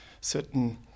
certain